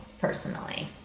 personally